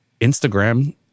Instagram